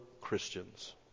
Christians